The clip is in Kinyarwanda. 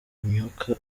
umwuka